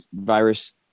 virus